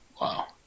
Wow